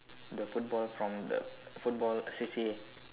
the football from the football C_C_A